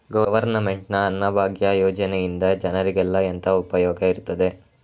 Government ನ ಅನ್ನಭಾಗ್ಯ ಯೋಜನೆಯಿಂದ ಜನರಿಗೆಲ್ಲ ಎಂತ ಉಪಯೋಗ ಇರ್ತದೆ?